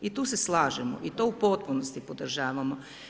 I tu se slažemo i to u potpunosti podržavamo.